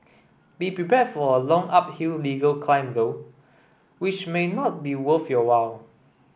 be prepared for a long uphill legal climb though which may not be worth your while